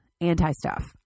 anti-stuff